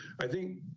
i think,